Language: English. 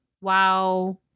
wow